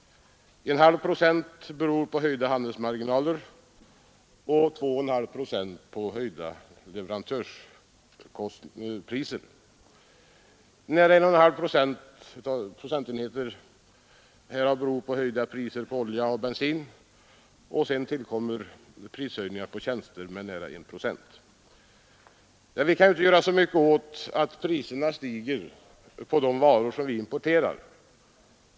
0,5 procent beror på höjda handelsmarginaler och 2,5 procent på höjda leverantörspriser. Nära 1,5 procentenheter beror på höjda priser på olja och bensin, och sedan tillkommer prishöjningar på tjänster med nära 1 procent. Vi kan inte göra så mycket åt att priserna stiger på de varor som vi importerar.